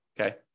okay